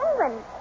England